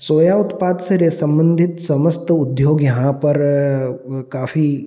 सोया उत्पाद से रे सम्बंधित समस्त उद्योग यहाँ पर काफ़ी